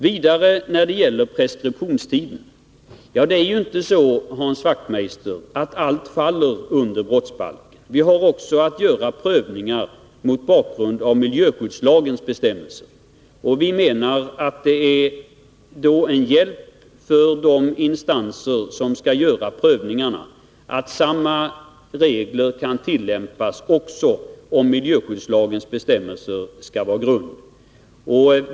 Vidare när det gäller preskriptionstiden: Det är ju inte så, Hans Wachtmeister, att allt faller under brottsbalken. Vi har också att göra prövningar mot bakgrund av miljöskyddslagens bestämmelser. Vi menar att det är en hjälp för de instanser som skall göra prövningarna att samma regler kan användas också när miljöskyddslagens bestämmelser skall tillämpas.